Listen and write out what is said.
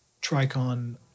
Tricon